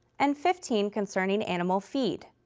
and fifteen concerning animal feed.